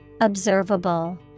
Observable